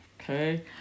Okay